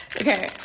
okay